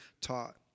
taught